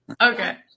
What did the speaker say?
Okay